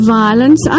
violence